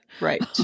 Right